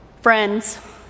Friends